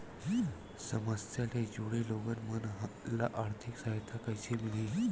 समस्या ले जुड़े लोगन मन ल आर्थिक सहायता कइसे मिलही?